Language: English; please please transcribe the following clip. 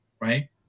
right